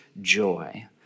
joy